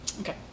Okay